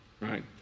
right